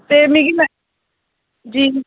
ते मिगी जी